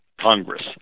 Congress